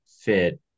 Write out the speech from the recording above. fit